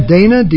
Dana